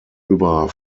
über